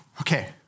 okay